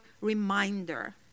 reminder